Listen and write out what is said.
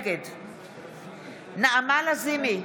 נגד נעמה לזימי,